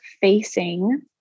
facing